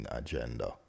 agenda